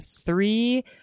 three